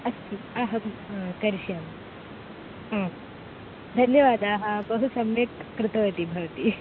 अस्ति अहं करिष्यामि आं धन्यवादाः बहु सम्यक् कृतवती भवती